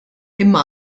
imma